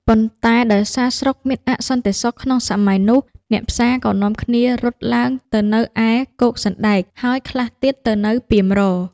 ប៉ុន្តែដោយសារស្រុកមានអសន្តិសុខក្នុងសម័យនោះ អ្នកផ្សារក៏នាំគ្នារត់ឡើងទៅនៅឯ គោកសណ្តែក ហើយខ្លះទៀតទៅនៅ ពាមរក៍។